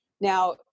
Now